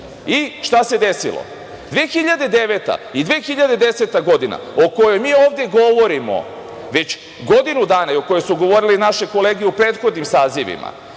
I, šta se desilo? Godina 2009. i 2010. o kojoj mi ovde govorimo već godinu dana i o kojoj su govorili naše kolege u prethodnim sazivima